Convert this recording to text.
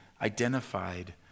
identified